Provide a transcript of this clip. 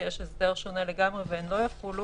שלא יהיה בכתב.